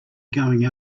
going